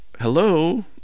Hello